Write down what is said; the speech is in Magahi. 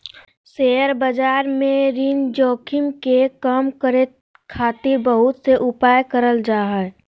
शेयर बाजार में ऋण जोखिम के कम करे खातिर बहुत से उपाय करल जा हय